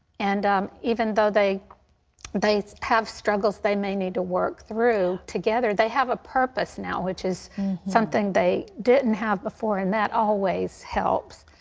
and um even though they they have struggles they may need to work through together, they have a purpose now, which is something they didn't have before, and that always helps.